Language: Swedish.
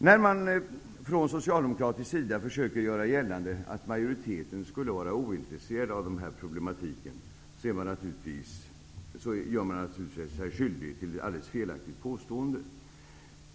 När man från socialdemokratisk sida försöker göra gällande att majoriteten skulle vara ointresserad av denna problematik, gör man sig naturligtvis skyldig till ett helt felaktigt påstående.